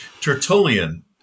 Tertullian